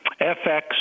FX